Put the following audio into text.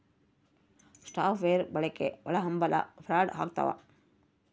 soft wear ಬಳಕೆ ಒಳಹಂಭಲ fraud ಆಗ್ತವ